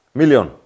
million